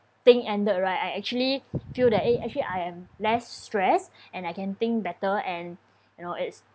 thing ended right I actually feel that eh actually I am less stressed and I can think better and you know it's